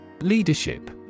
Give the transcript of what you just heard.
Leadership